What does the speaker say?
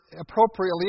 Appropriately